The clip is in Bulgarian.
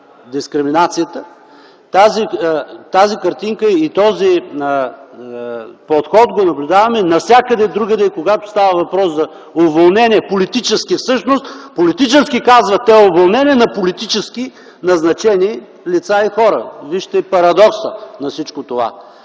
дискриминация, а тази картинка и този подход го наблюдаваме навсякъде другаде, когато става въпрос за уволнения – политически всъщност, казват те – политически уволнения, на политически назначени лица и хора. Вижте парадокса на всичко това!